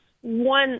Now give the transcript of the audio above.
one